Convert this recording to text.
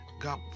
God